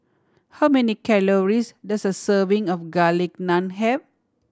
how many calories does a serving of Garlic Naan have